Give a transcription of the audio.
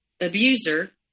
abuser